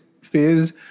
phase